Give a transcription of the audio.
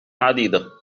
عديدة